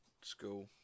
school